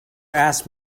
asked